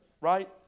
right